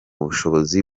bushobozi